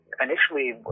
initially